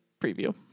preview